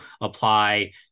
apply